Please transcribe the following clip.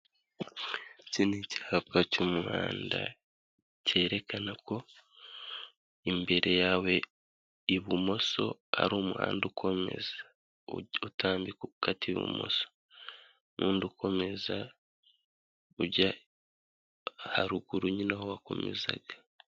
Iki ni icyapa cy'umuhanda cyerekana ko imbere yawe ibumoso ari umuhanda ukomeza, utambika ukata ibumoso, n'undi ukomeza ujya haruguru nyine aho wakomezaga.